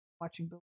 watching